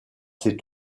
ses